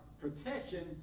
protection